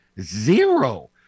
Zero